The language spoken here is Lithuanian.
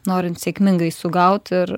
norint sėkmingai sugaut ir